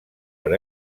per